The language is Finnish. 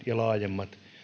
ja laajemmat